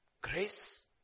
grace